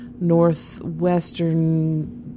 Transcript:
northwestern